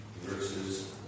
verses